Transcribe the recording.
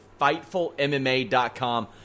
FightfulMMA.com